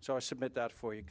so i submit that for you